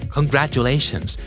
Congratulations